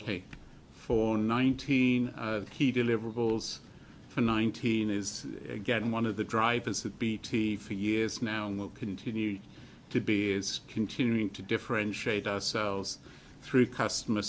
ok for nineteen key deliverables for nineteen is again one of the drivers of bt for years now and will continue to be is continuing to differentiate ourselves through customer